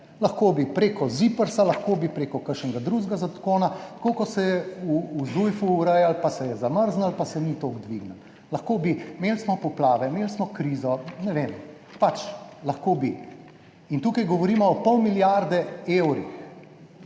Lahko bi preko Ziprsa, lahko bi preko kakšnega drugega zakona, tako kot se je v Zujfu urejalo, pa se je zamrznilo, pa se ni toliko dvignilo. Lahko bi. Imeli smo poplave, imeli smo krizo, ne vem, pač lahko b. In tukaj govorimo o pol milijarde evrih,